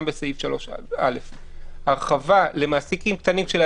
בסעיף 3א. המשמעות בהרחבה למעסיקים קטנים זה